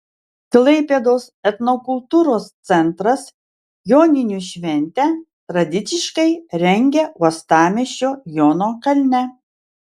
klaipėdos etnokultūros centras joninių šventę tradiciškai rengia uostamiesčio jono kalne